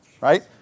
right